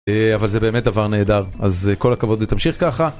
אבל זה באמת דבר נהדר, אז כל הכבוד ותמשיך ככה.